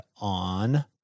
on